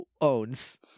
owns